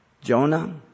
Jonah